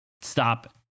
stop